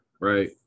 right